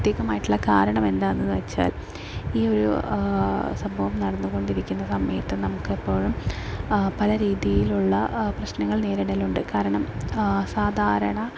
പ്രതീകമായിട്ടുള്ള കാരണം എന്താണെന്നുവെച്ചാൽ ഈ ഒരു സംഭവം നടന്നുകൊണ്ടിരിക്കുന്ന സമയത്ത് നമ്മുക്കെപ്പോഴും പലരീതിയിലുള്ള പ്രശ്നങ്ങൾ നേരിടലുണ്ട് കാരണം സാധാരണ